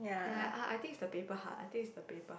ya I I think is the paper hard I think is the paper hard